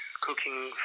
cooking